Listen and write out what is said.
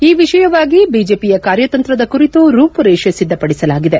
ಈ ವಿಷಯವಾಗಿ ಬಿಜೆಪಿಯ ಕಾರ್ಯತಂತ್ರದ ಕುರಿತು ರೂಪುರೇಷೆ ಸಿದ್ದಪಡಿಸಲಾಗಿದೆ